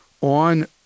on